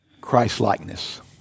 Christ-likeness